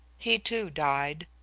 he, too, died.